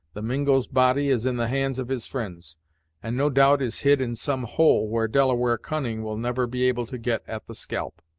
the mingo's body is in the hands of his fri'nds and, no doubt, is hid in some hole where delaware cunning will never be able to get at the scalp.